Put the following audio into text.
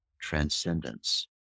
transcendence